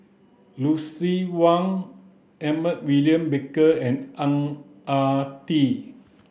Lucien Wang Edmund William Barker and Ang Ah Tee